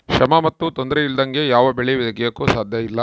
ಶ್ರಮ ಮತ್ತು ತೊಂದರೆ ಇಲ್ಲದಂಗೆ ಯಾವ ಬೆಳೆ ತೆಗೆಯಾಕೂ ಸಾಧ್ಯಇಲ್ಲ